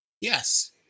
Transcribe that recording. Yes